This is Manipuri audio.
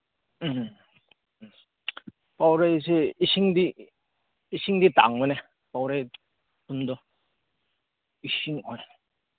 ꯎꯝ ꯄꯥꯎꯔꯩꯗꯤ ꯏꯁꯤꯡꯗꯤ ꯏꯁꯤꯡꯗꯤ ꯇꯥꯡꯕꯅꯦ ꯄꯥꯎꯔꯩ ꯈꯨꯟꯗꯣ ꯏꯁꯤꯡ ꯍꯣꯏ